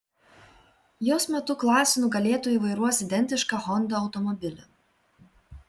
jos metu klasių nugalėtojai vairuos identišką honda automobilį